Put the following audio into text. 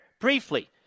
briefly